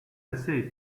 assez